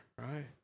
right